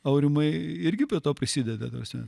aurimai irgi prie to prisideda ta prasme